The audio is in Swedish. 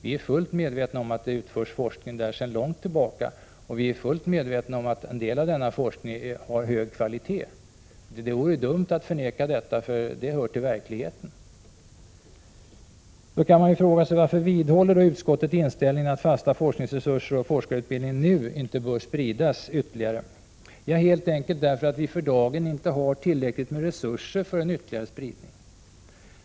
Vi är fullt medvetna om att det utförs forskning där sedan långt tillbaka, och vi är medvetna om att en del av den forskningen har hög kvalitet. Det vore dumt att förneka detta, för det hör till verkligheten. Då kan man fråga sig varför utskottet vidhåller sin inställning att fasta forskningsresurser och forskarutbildning inte bör spridas ytterligare. Anledningen är att vi för dagen inte har tillräckligt med resurser för ökad spridning.